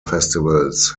festivals